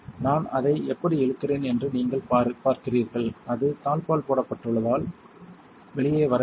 நான் அதை எப்படி இழுக்கிறேன் என்று நீங்கள் பார்க்கிறீர்கள் அது தாழ்ப்பாள் போடப்பட்டதால் வெளியே வரவில்லை